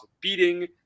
beating